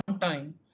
time